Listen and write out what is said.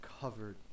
covered